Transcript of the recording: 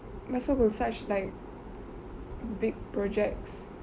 mess up with such like big projects